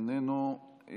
איננו.